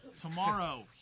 Tomorrow